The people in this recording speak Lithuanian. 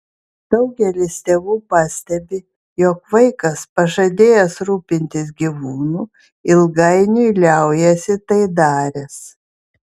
daugelis tėvų pastebi jog vaikas pažadėjęs rūpintis gyvūnu ilgainiui liaujasi tai daręs